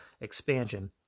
expansion